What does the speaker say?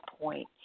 point